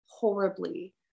horribly